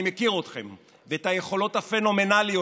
אני מכיר אתכם ואת היכולות הפנומנליות